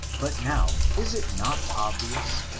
but, now is it not obvious,